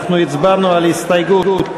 אנחנו הצבענו על הסתייגות,